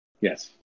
Yes